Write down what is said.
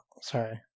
Sorry